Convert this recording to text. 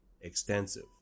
Extensive